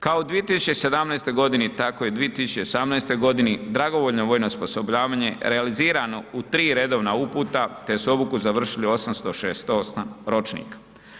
Kao u 2017. godini tako i 2018. godini dragovoljno vojno osposobljavanje realizirano u 3 redovna uputa te su obuku završili 868 ročnika.